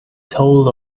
told